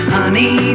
Honey